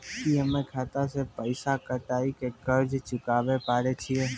की हम्मय खाता से पैसा कटाई के कर्ज चुकाबै पारे छियै?